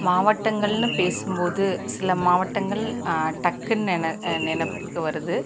மாவட்டங்கள்னு பேசும் போது சில மாவட்டங்கள் டக்குனு நின நினைப்புக்கு வருவது